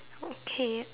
okay